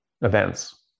events